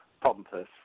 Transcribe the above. pompous